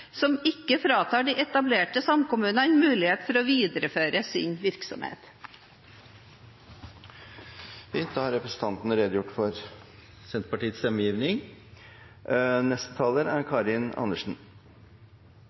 som ikke fratar de etablerte samkommunene mulighet for å videreføre sin virksomhet. SV vil også støtte Arbeiderpartiets forslag i